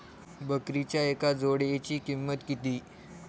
बकरीच्या एका जोडयेची किंमत किती?